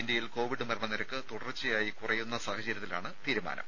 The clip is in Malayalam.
ഇന്ത്യയിൽ കോവിഡ് മരണനിരക്ക് തുടർച്ചയായി കുറഞ്ഞ സാഹചര്യത്തിലാണ് തീരുമാനം